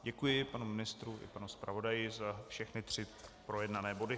Děkuji panu ministru i panu zpravodaji za všechny tři projednané body.